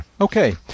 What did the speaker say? Okay